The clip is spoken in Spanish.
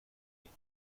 pies